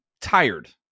tired